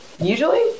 usually